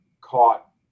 caught